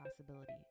Possibility